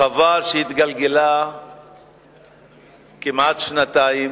חבל שהיא התגלגלה כמעט שנתיים